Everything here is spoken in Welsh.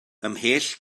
ymhell